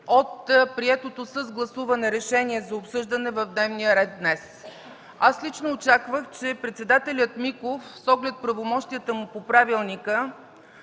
от приетото с гласуване решение за обсъждане на дневния ред днес. Лично аз очаквах, че председателят Миков, с оглед правомощията му по правилника,